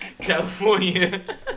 California